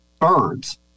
birds